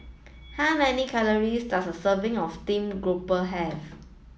how many calories does a serving of steamed grouper have